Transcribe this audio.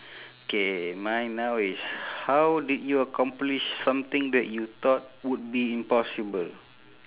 K mine now is how did you accomplish something that you thought would be impossible